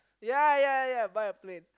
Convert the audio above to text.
ya ya ya buy a plane